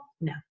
No